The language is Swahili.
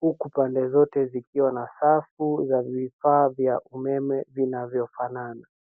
huku pande zote zikiwa na safu ya vifaa vya umeme vinavyofanana.